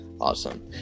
awesome